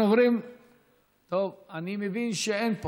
טוב, אני מבין שאין,